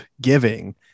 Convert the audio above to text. giving